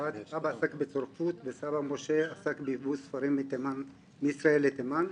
אבא עסק בצורפות וסבא משה עסק ביבוא ספרים מישראל לתימן.